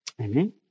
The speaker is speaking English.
Amen